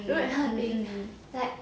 mm mm